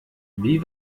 wie